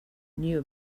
knew